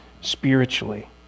spiritually